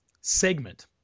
segment